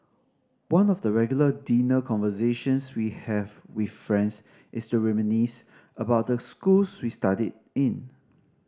one of the regular dinner conversations we have with friends is to reminisce about the schools we studied in